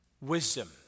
wisdom